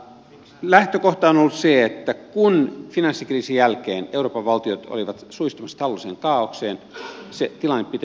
lähtökohta on ollut se että kun finanssikriisin jälkeen euroopan valtiot olivat suistumassa taloudelliseen kaaokseen se tilanne piti vakauttaa